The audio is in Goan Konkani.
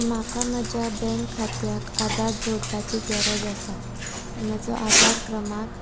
म्हाका म्हज्या बँक खात्याक आदार जोडपाची गरज आसा म्हजो आदार क्रमाक